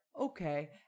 okay